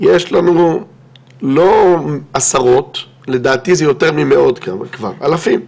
יש לנו לא עשרות, לדעתי זה יותר ממאות כבר, אלפים,